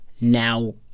now